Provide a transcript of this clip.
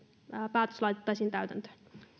päätös laitettaisiin täytäntöön